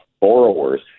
borrowers